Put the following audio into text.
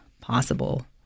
possible